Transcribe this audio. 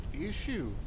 issue